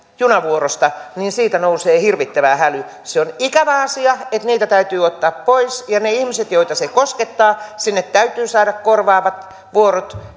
junavuorosta niin siitä nousee hirvittävä häly se on ikävä asia että niitä täytyy ottaa pois ja niille ihmisille joita se koskettaa täytyy saada korvaavat vuorot